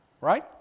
Right